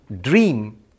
dream